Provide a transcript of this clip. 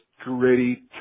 gritty